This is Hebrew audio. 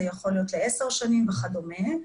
זה יכול להיות לעשר שנים וכדומה.